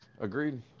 Agreed